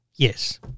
Yes